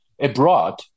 abroad